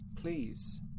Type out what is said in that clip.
Please